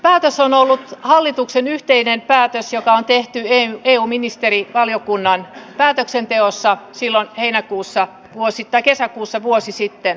päätös on ollut hallituksen yhteinen päätös joka on tehty eu ministerivaliokunnan päätöksenteossa silloin kesäkuussa vuosi sitten